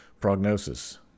Prognosis